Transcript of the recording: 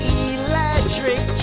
electric